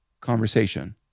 conversation